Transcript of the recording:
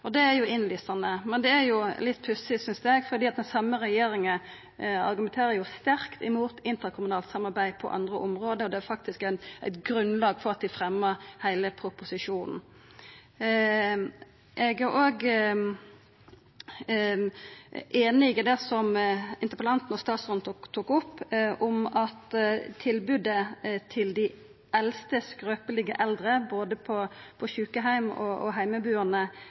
Det er innlysande, men det er litt pussig, synest eg, for denne same regjeringa argumenterer sterkt imot interkommunalt samarbeid på andre område. Det er faktisk eit grunnlag for at dei fremja heile proposisjonen. Eg er òg einig i det som interpellanten og statsråden tok opp, om at tilbodet til dei eldste, skrøpelege eldre, både på sjukeheimar og heimebuande, kan verta betre. Dette er ei pasientgruppe som ifølgje tannhelselova har rettar i dag, og